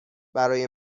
برای